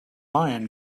lion